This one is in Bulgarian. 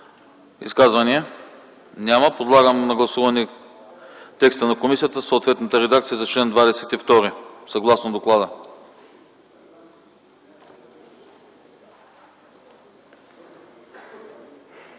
Изказвания? Няма. Подлагам на гласуване текста на комисията, в съответната редакция за чл. 20, съгласно доклада.